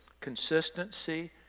consistency